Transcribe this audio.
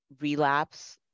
relapse